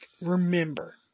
Remember